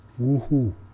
Woohoo